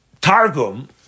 Targum